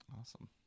Awesome